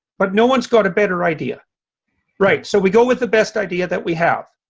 but no one's got a better idea right. so we go with the best idea that we have